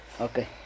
okay